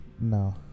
No